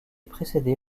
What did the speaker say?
précédé